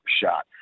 shot